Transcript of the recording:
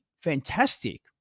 fantastic